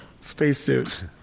spacesuit